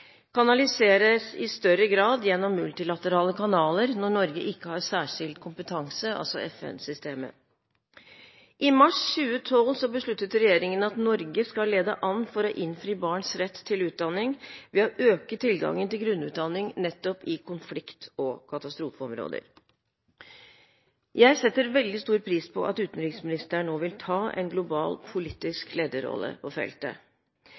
i større grad kanaliseres gjennom multilaterale kanaler når Norge ikke har særskilt kompetanse, altså FN-systemet. I mars 2012 besluttet regjeringen at Norge skal lede an for å innfri barns rett til utdanning ved å øke tilgangen til grunnutdanning nettopp i konflikt- og katastrofeområder. Jeg setter veldig stor pris på at utenriksministeren nå vil ta en global, politisk lederrolle på feltet.